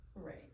right